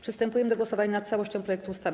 Przystępujemy do głosowania nad całością projektu ustawy.